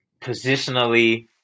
positionally